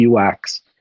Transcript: UX